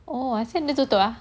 oh apa sia dia tutup ah